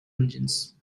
engines